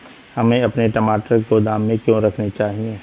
हमें अपने टमाटर गोदाम में क्यों रखने चाहिए?